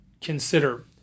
consider